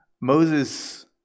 Moses